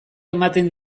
ematen